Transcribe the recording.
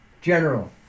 General